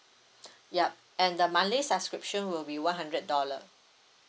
yup and the monthly subscription will be one hundred dollar